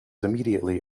immediately